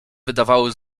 wydawały